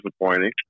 disappointing